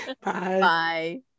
Bye